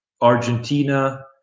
Argentina